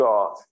God